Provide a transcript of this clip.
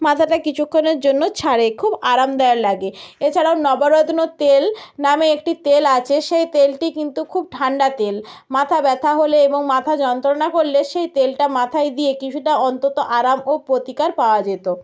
মাথাটা কিছুক্ষণের জন্য ছাড়ে খুব আরামদায়ক লাগে এছাড়াও নবরত্ন তেল নামে একটি তেল আছে সেই তেলটি কিন্তু খুব ঠান্ডা তেল মাথা ব্যথা হলে এবং মাথা যন্ত্রণা করলে সেই তেলটা মাথায় দিয়ে কিছুটা অন্তত আরাম ও প্রতিকার পাওয়া যেতো